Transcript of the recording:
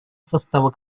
состава